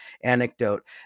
anecdote